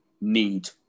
need